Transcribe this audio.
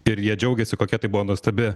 ir jie džiaugiasi kokia tai buvo nuostabi